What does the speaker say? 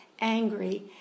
angry